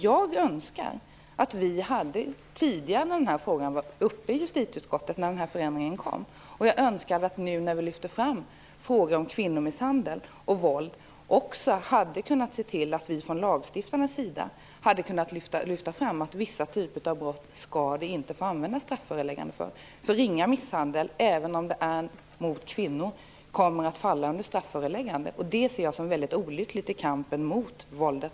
Jag önskar att vi när förändringen behandlades tidigare i justitieutskottet - och nu när vi har lyft fram frågor om våld och kvinnomisshandel - också hade sett till att det inte skall vara strafföreläggande för vissa typer av våld. Ringa misshandel, även mot kvinnor, kommer att falla under strafföreläggande. Det är olyckligt i kampen mot våldet.